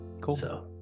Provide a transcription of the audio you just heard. Cool